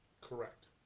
Correct